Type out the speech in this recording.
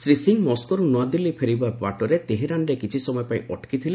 ଶ୍ରୀ ସିଂ ମସ୍କୋରୁ ନୂଆଦିଲ୍ଲୀ ଫେରିବା ବାଟରେ ତେହେରାନ୍ରେ କିଛି ସମୟ ପାଇଁ ଅଟକି ଥିଲେ